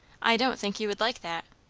i don't think you would like that.